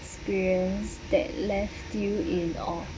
experience that left you in awe